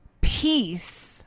Peace